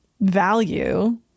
value